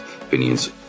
opinions